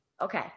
Okay